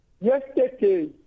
yesterday